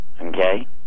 okay